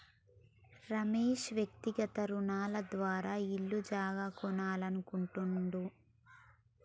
రమేష్ వ్యక్తిగత రుణాల ద్వారా ఇల్లు జాగా కొనాలని అనుకుంటుండు